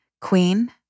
Queen